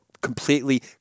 completely